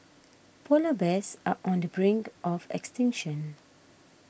Polar Bears are on the brink of extinction